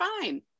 fine